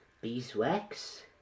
Beeswax